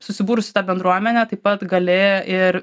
susibursi ta bendruomenė taip pat galėjo ir